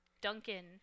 Duncan